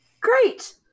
great